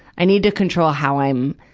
i need to control how i'm,